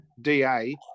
Da